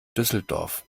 düsseldorf